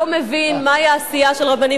לא מבין מהי העשייה של רבנים.